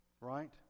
right